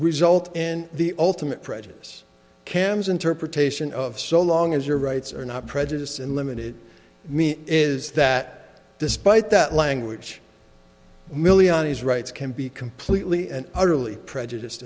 result in the ultimate prejudice cambs interpretation of so long as your rights are not prejudiced and limited means is that despite that language million is rights can be completely and utterly prejudice